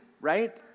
Right